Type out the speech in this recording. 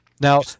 Now